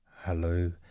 Hello